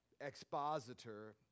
expositor